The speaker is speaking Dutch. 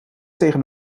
tegen